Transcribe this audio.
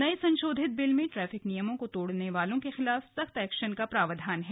नए संशोधित बिल में ट्रैफिक नियमों को तोड़ने वालों के खिलाफ सख्त एक्शन का प्रावधान है